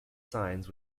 signs